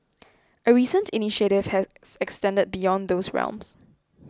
a recent initiative has extended beyond those realms